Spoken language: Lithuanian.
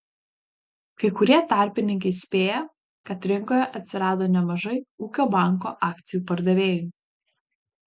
kai kurie tarpininkai spėja kad rinkoje atsirado nemažai ūkio banko akcijų pardavėjų